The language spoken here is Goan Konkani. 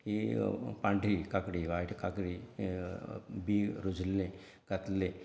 ही पांढरी काकडी व्हायट काकडी हें बी रुजिल्लें घातलें